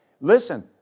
Listen